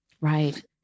Right